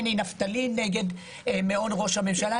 מני נפתלי נגד מעון ראש הממשלה,